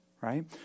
Right